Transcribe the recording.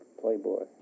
Playboy